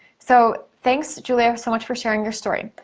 so, thanks, julia, so much for sharing your story.